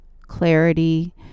clarity